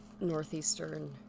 Northeastern